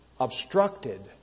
obstructed